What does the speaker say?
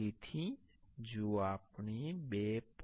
તેથી જો આપણે 2